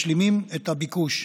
משלימים את הביקוש.